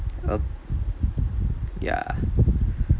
oh yeah